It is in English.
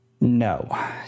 no